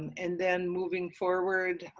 and then moving forward,